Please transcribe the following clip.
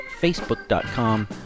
facebook.com